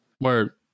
Word